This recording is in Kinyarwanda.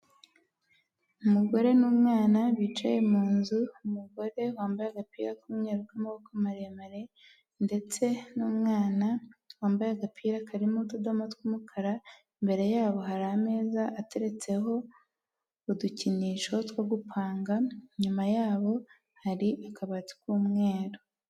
Umugore n'umwana bicaye mu nzu, umugore wambaye agapira k'umweru k'amaboko maremare ndetse n'umwana wambaye agapira karimo utudomo tw'umukara, imbere yabo hari ameza ateretseho udukinisho two gupanga, nyuma yabo hari akabati k'umweru.